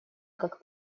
как